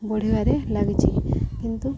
ବଢ଼ିବାରେ ଲାଗିଛି କିନ୍ତୁ